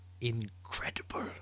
incredible